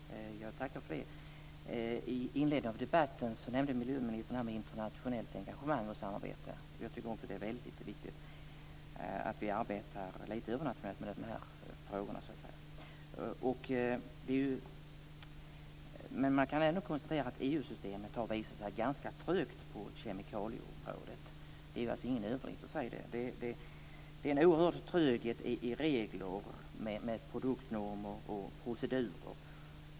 Fru talman! Jag tackar för det. I inledningen av debatten nämnde miljöministern internationellt engagemang och samarbete. Jag tycker att det är väldigt viktigt att vi arbetar internationellt med de här frågorna. Man kan ändå konstatera att EU-systemet har visat sig ganska trögt på kemikalieområdet. Det är alltså ingen överdrift att säga det. Det är en oerhörd tröghet i regler med produkter och procedurer.